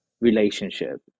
relationship